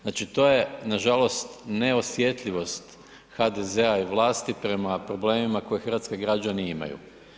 Znači to je nažalost neosjetljivost HDZ-a i vlasti prema problemima koje hrvatski građani imaju.